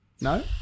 No